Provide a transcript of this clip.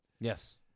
Yes